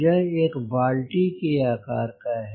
यह एक बाल्टी के आकार का है